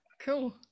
cool